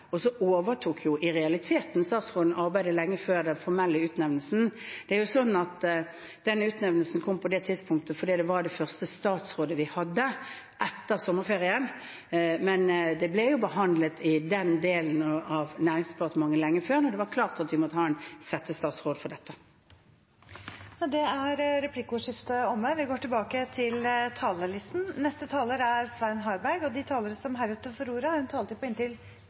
og så overtok i realiteten statsråden arbeidet lenge før den formelle utnevnelsen. Den utnevnelsen kom på det tidspunktet fordi det var det første statsrådet vi hadde etter sommerferien, men det ble behandlet i den delen av Næringsdepartementet lenge før, da det var klart at vi måtte ha en settestatsråd for dette. Replikkordskiftet er omme.